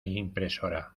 impresora